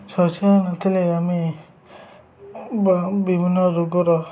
ଶୌଚାଳୟ ନଥିଲେ ଆମେ ବା ବିଭିନ୍ନ ରୋଗର